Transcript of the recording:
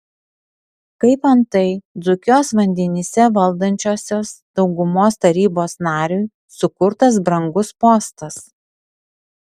kaip antai dzūkijos vandenyse valdančiosios daugumos tarybos nariui sukurtas brangus postas